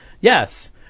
yes